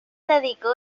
dedicó